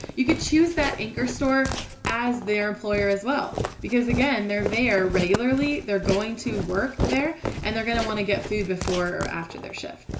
you could choose that anchor store as their. employer as well because again there there regularly. they're going to work there and they're going to want to. get food before or after their shift.